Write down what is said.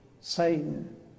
Satan